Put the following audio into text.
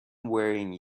wearing